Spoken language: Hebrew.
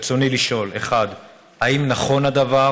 רצוני לשאול: 1. האם נכון הדבר?